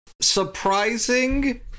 surprising